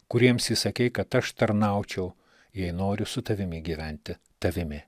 kuriems įsakei kad aš tarnaučiau jei noriu su tavimi gyventi tavimi